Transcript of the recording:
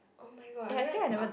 oh-my-god I went up